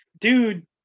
dude